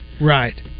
Right